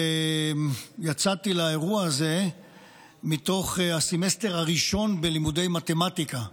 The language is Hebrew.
יצאתי לאירוע הזה מתוך הסמסטר הראשון בלימודי מתמטיקה,